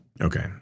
Okay